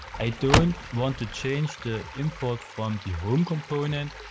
i don't want to change the import from the home component.